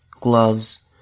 gloves